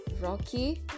rocky